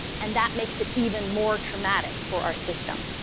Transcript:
and that makes it even more traumatic for our system.